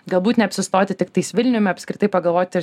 galbūt neapsistoti tiktais vilniumi apskritai pagalvoti